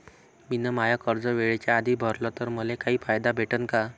मिन माय कर्ज वेळेच्या आधी भरल तर मले काही फायदा भेटन का?